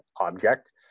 object